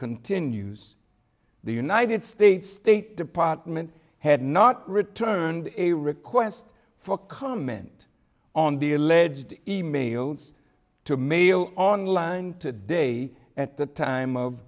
continues the united states state department had not returned a request for comment on the alleged e mails to mail online today at the time of